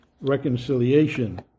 reconciliation